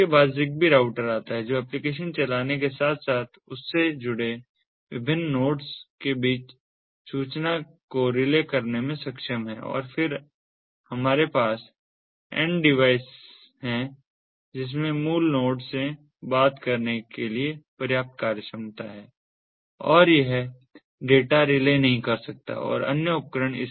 इसके बाद ZigBee router आता है जो एप्लिकेशन चलाने के साथ साथ उससे जुड़े विभिन्न नोड्स के बीच सूचना को रिले करने में सक्षम है और फिर हमारे पास एंड डिवाइस है जिसमें मूल नोड से बात करने के लिए पर्याप्त कार्यक्षमता है और यह डेटा रिले नहीं कर सकता है अन्य उपकरण